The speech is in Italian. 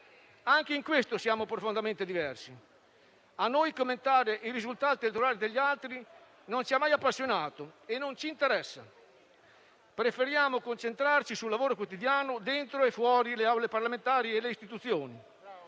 Anche in questo siamo profondamente diversi: commentare i risultati elettorali degli altri non ci ha mai appassionato e non ci interessa; preferiamo concentrarci sul lavoro quotidiano, dentro e fuori le Aule parlamentari e le istituzioni.